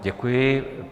Děkuji.